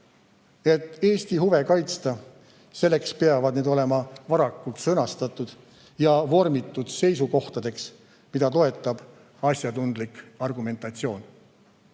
Eesti huve kaitsta, selleks peavad need olema varakult sõnastatud ja vormitud seisukohtadeks, mida toetab asjatundlik argumentatsioon.